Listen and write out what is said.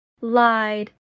lied